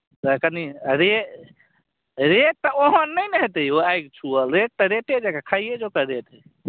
आ कनी रे रेट तऽ ओहन नहि ने हेतै यौ आगि छुअल रेट रेट तऽ रेटे जँका खाइए जोगर रेट